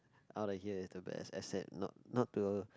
out of here is the best except not not to